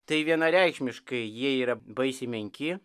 tai vienareikšmiškai jie yra baisiai menki